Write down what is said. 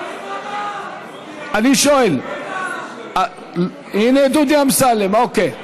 אני שואל, הינה, דודי אמסלם, אוקיי.